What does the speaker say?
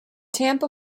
tampa